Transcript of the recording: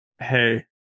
Hey